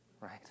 right